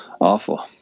Awful